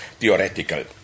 Theoretical